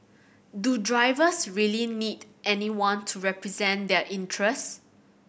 do drivers really need anyone to represent their interests